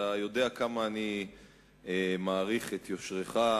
אתה יודע כמה אני מעריך את יושרך,